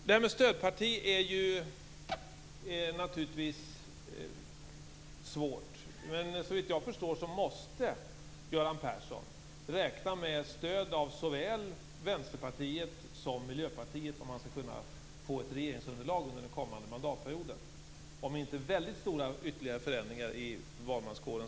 Att vara stödparti är naturligtvis svårt, men såvitt jag förstår måste Göran Persson räkna med stöd av såväl Vänsterpartiet som Miljöpartiet om han skall kunna få ett regeringsunderlag under den kommande mandatperioden - om inte väldigt stora ytterligare förändringar äger rum i valmanskåren.